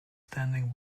standing